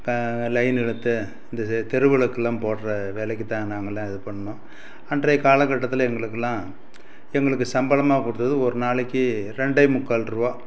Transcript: ப லைன் இழுத்து இந்த தெரு விளக்கெலாம் போடுகிற வேலைக்கு தான் நாங்கெளாம் இது பண்ணிணோம் அன்றைய காலக்கட்டத்தில் எங்களுக்கெலாம் எங்களுக்கு சம்பளமாக கொடுத்தது ஒரு நாளைக்கு ரெண்டே முக்கால் ரூபா